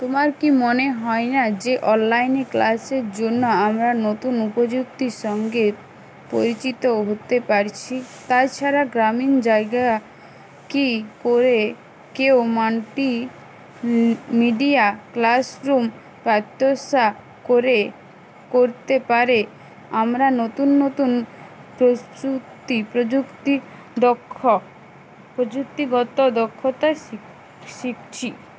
তোমার কি মনে হয় না যে অনলাইন ক্লাসের জন্য আমরা নতুন প্রযুক্তির সঙ্গে পরিচিত হতে পারছি তাছাড়া গ্রামীণ জায়গা কী করে কেউ মাল্টি মিডিয়া ক্লাসরুম প্রাত্যশা করে করতে পারে আমরা নতুন নতুন প্রযুক্তি প্রযুক্তি দক্ষ প্রযুক্তিগত দক্ষতা শিখ শিখছি